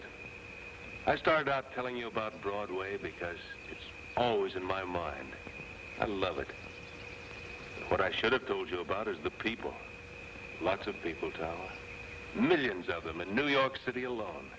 it i started telling you about broadway because it's always in my mind i love it but i should have told you about is the people lots of people millions of them in new york city alone